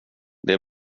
det